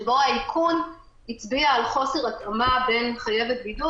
שבו האיכון הצביע על חוסר התאמה בין חייבת בידוד